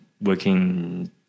working